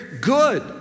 Good